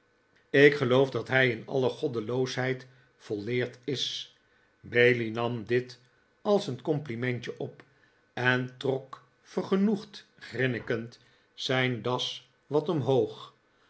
ik geloof dat hij in alle goddeloosheid volleerd is bailey nam dit als een complimentje op en trok vergenoegd grinnikend zijn das wat omhoog